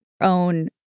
own